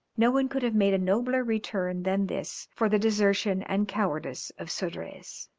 no one could have made a nobler return than this for the desertion and cowardice of sodrez.